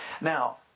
now